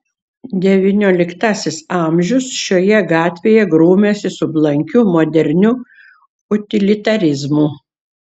devynioliktasis amžius šioje gatvėje grūmėsi su blankiu moderniu utilitarizmu